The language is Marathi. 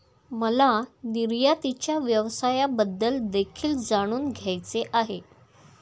मला निर्यातीच्या व्यवसायाबद्दल देखील जाणून घ्यायचे आहे